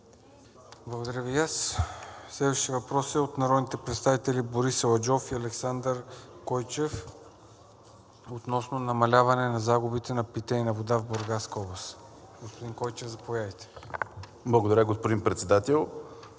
Благодаря Ви и аз. Следващият въпрос е от народните представители Борис Аладжов и Александър Койчев относно намаляване на загубите на питейна вода в Бургаска област. Господин Койчев, запоявайте. АЛЕКСАНДЪР КОЙЧЕВ